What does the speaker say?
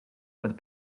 but